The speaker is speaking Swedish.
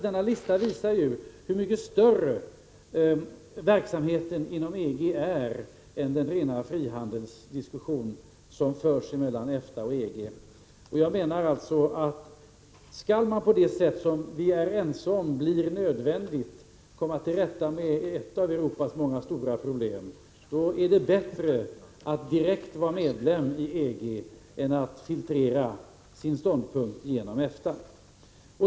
Denna lista visar hur mycket större verksamheten inom EG är än den rena frihandelsdiskussion som förs mellan EFTA och EG. Jag menar att om man på det sätt som vi är ense om blir nödvändigt skall komma till rätta med ett av Europas många stora problem, är det bättre att vara direkt medlem i EG än att filtrera sin ståndpunkt genom EFTA.